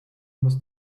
muss